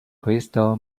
crystal